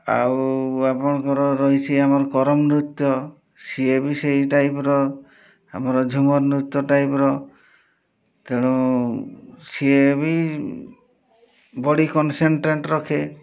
ଆଉ ଆପଣଙ୍କର ରହିଛି ଆମର କରମ୍ ନୃତ୍ୟ ସିଏ ବି ସେହି ଟାଇପ୍ର ଆମର ଝୁମର୍ ନୃତ୍ୟ ଟାଇପ୍ର ତେଣୁ ସିଏ ବି ବଡ଼ି କନ୍ସନ୍ଟ୍ରେଟ୍ ରଖେ